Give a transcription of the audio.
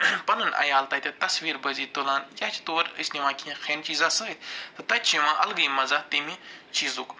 پنُن عیال تَتہِ تصویٖر بٲزی تُلان یا چھِ تور أسۍ نِوان کیٚنٛہہ کھٮ۪ن چیٖزا سۭتۍ تہٕ تَتہِ چھِ یِوان الگٕے مزاہ تَمہِ چیٖزُک